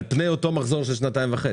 על פני אותו מחזור של שנתיים וחצי.